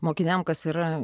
mokiniam kas yra